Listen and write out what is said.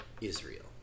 Israel